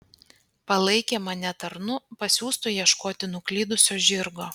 palaikė mane tarnu pasiųstu ieškoti nuklydusio žirgo